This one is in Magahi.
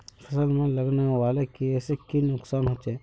फसल में लगने वाले कीड़े से की नुकसान होचे?